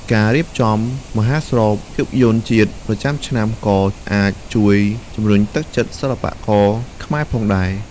ការរៀបចំមហោស្រពភាពយន្តជាតិប្រចាំឆ្នាំក៏អាចជួយជំរុញទឹកចិត្តសិល្បករខ្មែរផងដែរ។